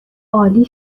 عالی